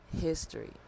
history